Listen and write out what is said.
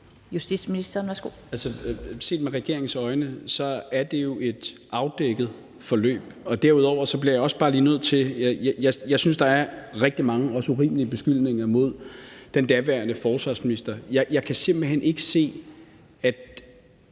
Justitsministeren (Peter Hummelgaard): Altså, set med regeringens øjne er det jo et afdækket forløb. Derudover bliver jeg også bare lige nødt til at sige, at jeg synes, der er rigtig mange også urimelige beskyldninger mod den daværende forsvarsminister. Jeg kan simpelt hen ikke se, at